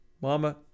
Mama